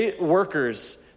workers